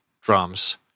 drums